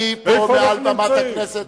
אני פה מעל במת הכנסת,